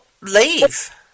leave